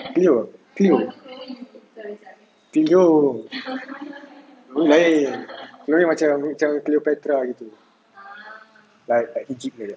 cleo cleo cleo tu lain cleo macam cleo macam cleopatra gitu like kat egypt